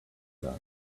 son